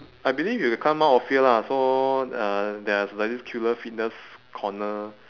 I believe you will climb mount ophir lah so uh there is like this killer fitness corner